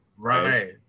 Right